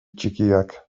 txikiak